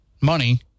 money